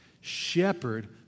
Shepherd